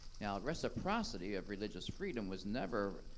now, reciprocity of religious freedom was never,